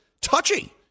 touchy